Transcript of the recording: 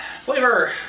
Flavor